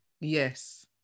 yes